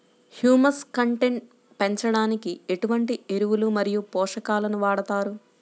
Humus content పెంచడానికి ఎటువంటి ఎరువులు మరియు పోషకాలను వాడతారు?